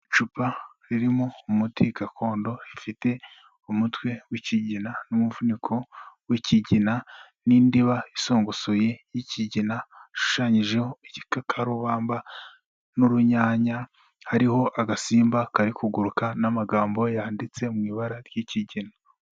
Icupa ririmo umuti gakondo rifite umutwe w'ikigina, n'umufuniko w'ikigina, n'indiba isogosoye y'ikigina, ishushanyijeho igikakarubamba n'urunyanya hariho agasimba kari kuguruka n'amagambo yanditse mu ibara ry'ikigina.